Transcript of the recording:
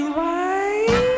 right